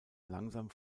langsam